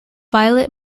violet